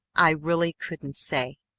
i really couldn't say,